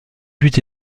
but